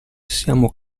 siamo